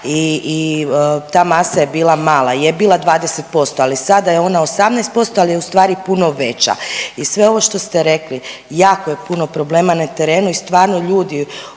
i ta masa je bila mala, je bila 20%, ali sada je ona 18%, ali je ustvari puno veća i sve ovo što ste rekli jako je puno problema na terenu i stvarno ljudi